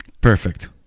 Perfect